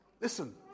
listen